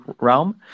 realm